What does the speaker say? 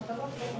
נכון,